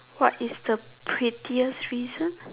what is the pettiest reason